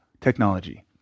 technology